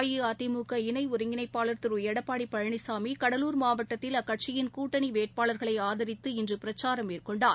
அஇஅதிமுக இணைஒருங்கிணைப்பாளர் திருஎடப்பாடிபழனிசாமி கடலூர் மாவட்டத்தில் அக்கட்சியின் கூட்டணிவேட்பாளர்களைஆதரித்து இன்றுபிரச்சாரம் மேற்கொண்டார்